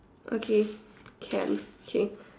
okay can okay